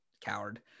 Coward